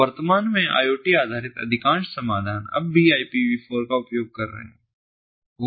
तो वर्तमान में IoT आधारित अधिकांश समाधान अभी भी IPV4 का उपयोग कर रहे हैं